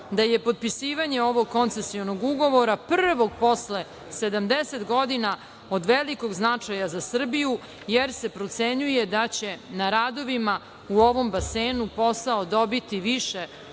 da je potpisivanje ovog koncesionog ugovora prvog posle 70 godina od velikog značaja za Srbiju, jer se procenjuje da će na rodovima u ovom basenu posao dobiti više